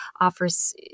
offers